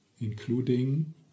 Including